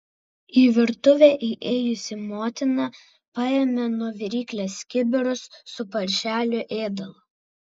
į virtuvę įėjusi motina paėmė nuo viryklės kibirus su paršelių ėdalu